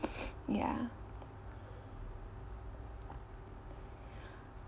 ya